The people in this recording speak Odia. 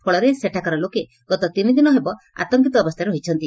ଫଳରେ ସେଠାକାର ଲୋକେ ଗତ ତିନି ଦିନ ହେବ ଆତଙ୍କିତ ଅବସ୍ଥାରେ ରହିଛନ୍ତି